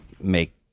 make